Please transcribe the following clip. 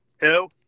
Hello